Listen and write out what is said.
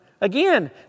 Again